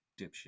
dipshit